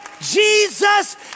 Jesus